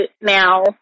Now